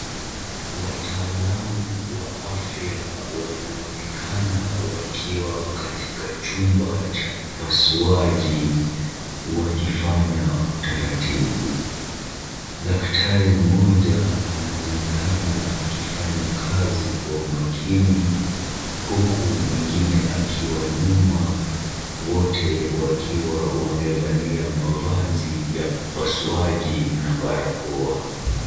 Wataalam wa afya wanaonekana wakiwa katika chumba cha upasuaji, wakifanya utaratibu. Daktari mmoja anaonekana akifanya kazi kwa umakini, huku mwingine akiwa nyuma, wote wakiwa wamevalia mavazi ya upasuaji na barakoa.